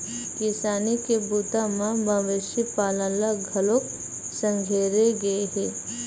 किसानी के बूता म मवेशी पालन ल घलोक संघेरे गे हे